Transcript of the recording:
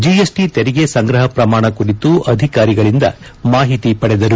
GST ತೆರಿಗೆ ಸಂಗ್ರಪ ಪ್ರಮಾಣ ಕುರಿತು ಅಧಿಕಾರಿಗಳಿಂದ ಮಾಹಿತಿ ಪಡೆದರು